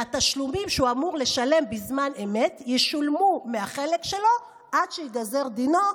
התשלומים שהוא אמור לשלם בזמן אמת ישולמו מהחלק שלו עד שייגזר דינו,